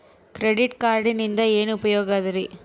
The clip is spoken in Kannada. ಕ್ರೆಡಿಟ್ ಕಾರ್ಡಿನಿಂದ ಏನು ಉಪಯೋಗದರಿ?